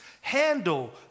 handle